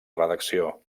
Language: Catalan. redacció